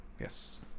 yes